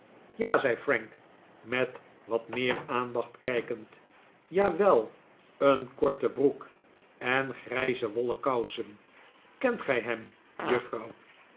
ja zei frank met wat meer aandacht kijkend jawel een korte broek en grijze wollen kousen kent gij hem juffrouw